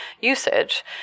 usage